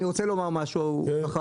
אני רוצה לומר משהו במעטפת.